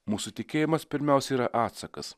mūsų tikėjimas pirmiausia yra atsakas